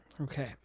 Okay